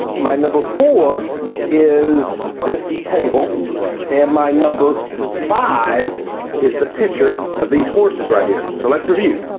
my number four is this table and my number five is the picture of these horses right here. so let's review.